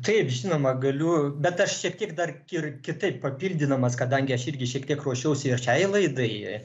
taip žinoma galiu bet aš šiek tiek dar ir kitaip papildydamas kadangi aš irgi šiek tiek ruošiausi šiai laidai